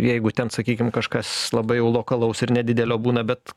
jeigu ten sakykim kažkas labai jau lokalaus ir nedidelio būna bet